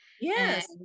Yes